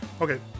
Okay